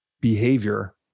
behavior